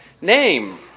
name